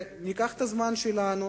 וניקח את הזמן שלנו